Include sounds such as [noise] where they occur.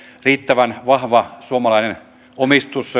riittävän vahva suomalainen omistus [unintelligible]